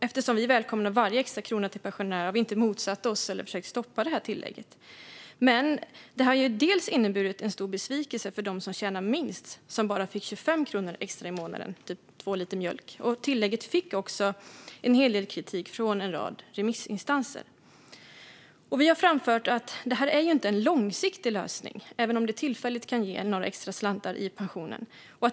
Eftersom vi välkomnar varje extra krona till pensionärerna har vi inte motsatt oss eller försökt stoppa det tillägget. Men det har inneburit en stor besvikelse för dem som tjänar minst, som bara fick 25 kronor extra i månaden - två liter mjölk ungefär. Tillägget fick också en hel del kritik från en rad remissinstanser. Vi har framfört att det här inte är en långsiktig lösning, även om den tillfälligt kan ge några extra slantar i pensionen.